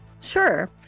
Sure